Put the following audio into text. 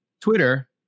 Twitter